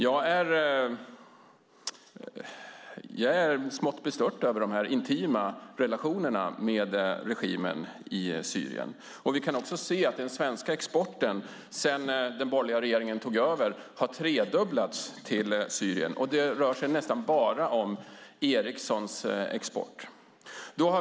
Jag är smått bestört över de intima relationerna med regimen i Syrien. Vi kan också se att den svenska exporten till Syrien sedan den borgerliga regeringen tog över har tredubblats. Det rör sig nästan bara om Ericssons export.